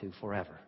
forever